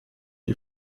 ihr